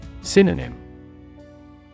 Synonym